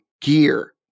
Gear